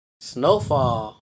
Snowfall